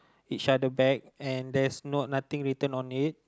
each other back and there's not nothing on it